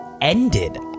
ended